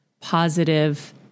Positive